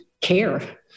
care